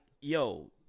yo